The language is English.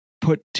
put